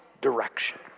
direction